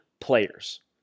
players